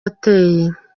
ateye